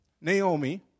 Naomi